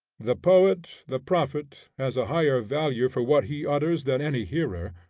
the poet, the prophet, has a higher value for what he utters than any hearer,